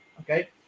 Okay